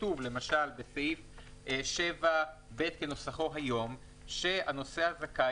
כתוב למשל בסעיף 7(ב) כנוסחו היום שהנוסע זכאי